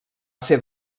ser